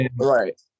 Right